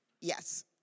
Yes